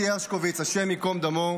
הרשקוביץ, השם ייקום דמו,